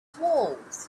walls